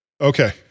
okay